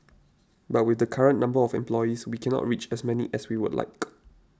but with the current number of employees we cannot reach as many as we would like